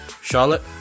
Charlotte